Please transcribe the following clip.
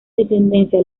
descendencia